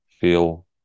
feel